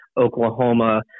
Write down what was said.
Oklahoma